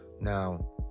Now